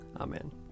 amen